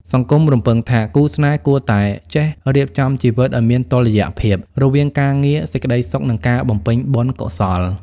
សង្គមរំពឹងថា គូស្នេហ៍គួរតែ "ចេះរៀបចំជីវិតឱ្យមានតុល្យភាព" រវាងការងារ សេចក្ដីសុខ និងការបំពេញបុណ្យកុសល។